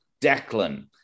Declan